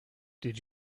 did